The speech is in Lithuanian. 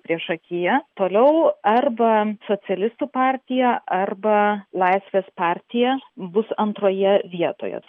priešakyje toliau arba socialistų partija arba laisvės partija bus antroje vietoje